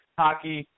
hockey